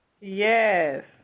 yes